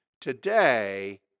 Today